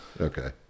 Okay